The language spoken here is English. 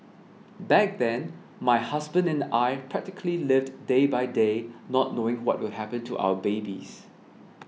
back then my husband and I practically lived day by day not knowing what will happen to our babies